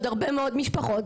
יש עוד הרבה מאוד משפחות.